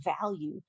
value